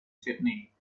sydney